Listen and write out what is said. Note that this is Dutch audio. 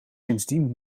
sindsdien